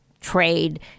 trade